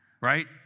right